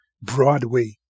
Broadway